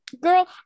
girl